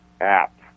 app